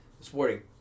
Sporting